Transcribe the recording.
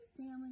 family